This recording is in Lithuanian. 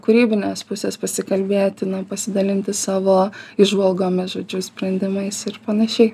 kūrybinės pusės pasikalbėti na pasidalinti savo įžvalgomis žodžiu sprendimais ir panašiai